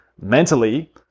mentally